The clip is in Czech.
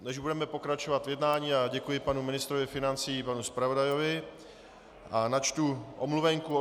Než budeme pokračovat v jednání, děkuji panu ministrovi financí i panu zpravodajovi a načtu omluvenku.